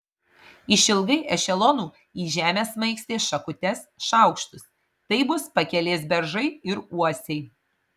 išilgai ešelonų į žemę smaigstė šakutes šaukštus tai bus pakelės beržai ir uosiai